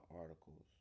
articles